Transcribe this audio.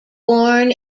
born